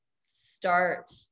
start